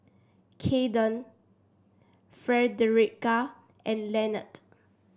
Kaiden Fredericka and Lanette